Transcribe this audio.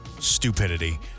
stupidity